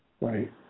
right